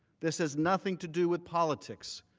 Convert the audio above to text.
this has nothing to do with politics.